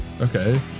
okay